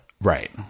right